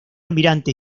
almirante